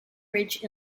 ridge